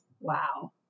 Wow